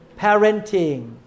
Parenting